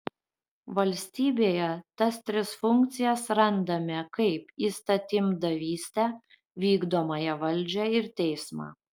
valstybėje tas tris funkcijas randame kaip įstatymdavystę vykdomąją valdžią ir teismą